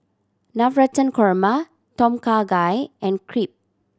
Navratan Korma Tom Kha Gai and Crepe